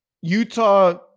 Utah